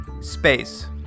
space